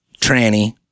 tranny